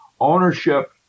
Ownership